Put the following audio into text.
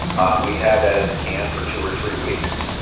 um we'd had that in the can for two or three weeks.